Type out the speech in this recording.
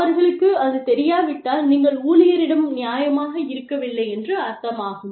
அவர்களுக்கு அது தெரியாவிட்டால் நீங்கள் ஊழியரிடம் நியாயமாக இருக்கவில்லை என்று அர்த்தமாகும்